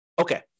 Okay